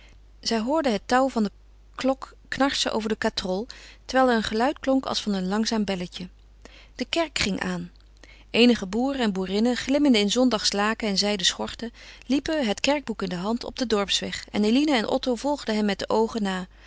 zij hoorden het touw van de klok knarsen over de katrol terwijl er een geluid klonk als van een langzaam belletje de kerk ging aan eenige boeren en boerinnen glimmende in zondagsch laken en zijden schorten liepen het kerkboek in de hand op den dorpsweg en eline en otto volgden hen met de oogen na